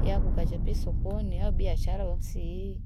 ya kukajapiso koni, yao biyashala wansi hii.